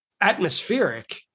atmospheric